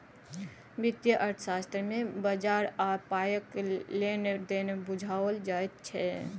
वित्तीय अर्थशास्त्र मे बजार आ पायक लेन देन बुझाओल जाइत छै